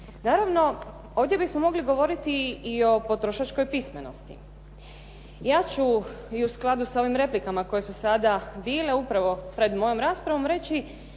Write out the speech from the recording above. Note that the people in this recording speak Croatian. Naravno, ovdje bismo mogli govoriti i o potrošačkoj pismenosti. Ja ću i u skladu s ovim replikama koje su sada bile upravo radi moje rasprave reći